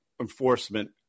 enforcement